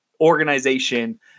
organization